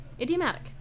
Idiomatic